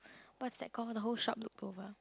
what's that called the whole shop look over